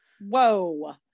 Whoa